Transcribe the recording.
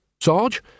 Sarge